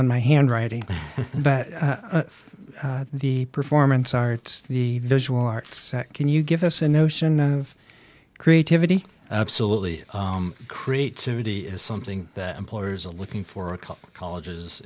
on my handwriting but the performance arts the visual arts can you give us a notion of creativity absolutely creativity is something that employers are looking for a couple colleges